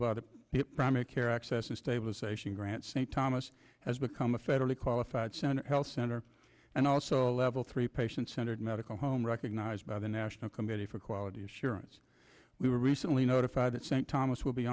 by the primary care access and stabilization grant st thomas has become a federally qualified health center and also a level three patient centered medical home recognized by the national committee for quality assurance we were recently notified that st thomas will be